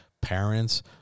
parents